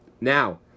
Now